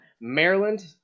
Maryland